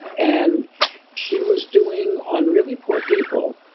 and she was doing on really poor people,